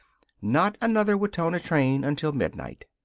not another wetona train until midnight.